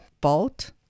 Bolt